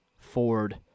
Ford